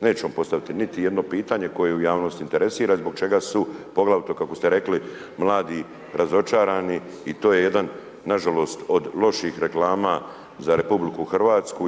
neće on postaviti niti jedno pitanje koje javnost interesira zbog čega su poglavito kako ste rekli mladi razočarani i to je jedan nažalost od loših reklama za RH